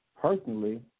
personally